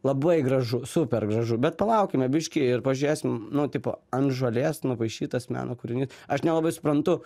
labai gražu super gražu bet palaukime biškį ir pažiūrėsim nu tipo ant žolės nupaišytas meno kūriny aš nelabai suprantu